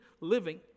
living